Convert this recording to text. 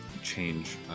change